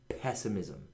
pessimism